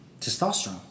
testosterone